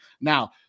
Now